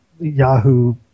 Yahoo